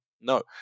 No